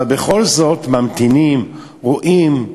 אבל בכל זאת ממתינים, רואים.